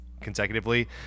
consecutively